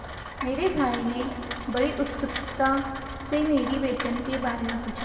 मेरे भाई ने बड़ी उत्सुकता से मेरी वेतन के बारे मे पूछा